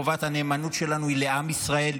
חובת הנאמנות שלנו היא לעם ישראל,